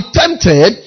tempted